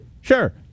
sure